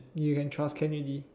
you can trust can already